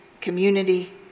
community